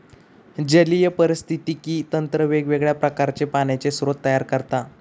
जलीय पारिस्थितिकी तंत्र वेगवेगळ्या प्रकारचे पाण्याचे स्रोत तयार करता